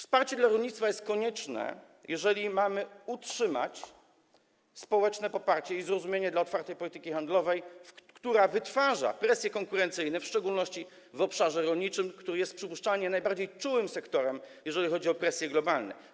Wsparcie dla rolnictwa jest konieczne, jeżeli mamy utrzymać społeczne poparcie i zrozumienie dla otwartej polityki handlowej, która wytwarza presje konkurencyjne, w szczególności w obszarze rolniczym, który jest przypuszczalnie najbardziej czułym sektorem, jeżeli chodzi o presje globalne.